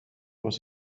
was